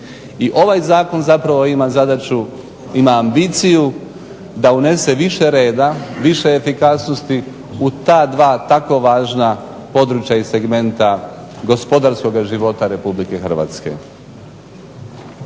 I ovaj zakon zapravo ima zadaću, ima ambiciju da unese više reda, više efikasnosti u ta dva tako važna područja i segmenta gospodarskog života RH. Ovdje